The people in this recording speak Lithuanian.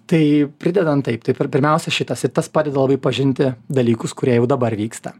tai pridedant taip taip ir pirmiausia šitas ir tas padeda labai pažinti dalykus kurie jau dabar vyksta